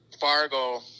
Fargo